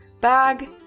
bag